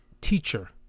teacher